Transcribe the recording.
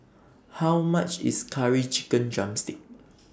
How much IS Curry Chicken Drumstick